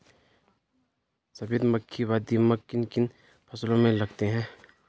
सफेद मक्खी व दीमक किन किन फसलों पर लगते हैं?